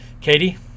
Katie